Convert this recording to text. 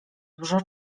dużo